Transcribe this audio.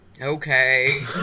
Okay